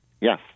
Yes